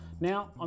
Now